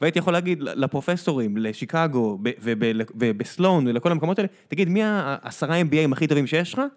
והייתי יכול להגיד לפרופסורים, לשיקגו, ובסלון ולכל המקומות האלה, תגיד, מי העשרה NBAים הכי טובים שיש לך?